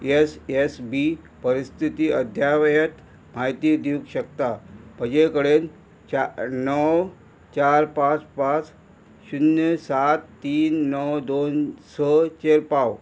S S B परिस्थिती अध्यावयत म्हायती दिवंक शकता म्हजे कडेन चार णव चार पांच पांच शुन्य सात तीन णव दोन स चेर पाव